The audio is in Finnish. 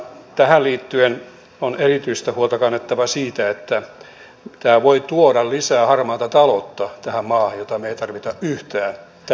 tähän liittyen on erityistä huolta kannettava siitä että tämä voi tuoda tähän maahan lisää harmaata taloutta jota me emme tarvitse yhtään tämän enempää